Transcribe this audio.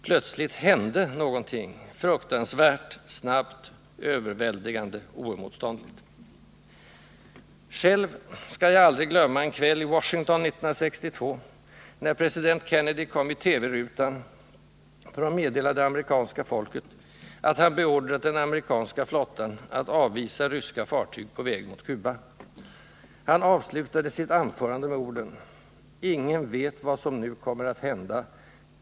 Plötsligt hände någonting — fruktansvärt, snabbt, överväldigande, oemotståndligt.” Själv skall jag aldrig glömma en kväll i Washington 1962, när president Kennedy kom i TV-rutan för att meddela det amerikanska folket att han beordrat den amerikanska flottan att avvisa ryska fartyg på väg mot Cuba. Han avslutade sitt anförande med orden: ”Ingen vet vad som nu kommer att hända.